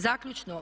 Zaključno.